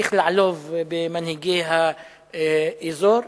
ממשיך לעלוב במנהיגי האזור.